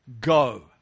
Go